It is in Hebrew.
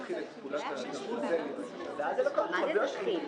הגיעו אלינו הערות לגבי זה שביקשו שנוסיף גם הבהרה: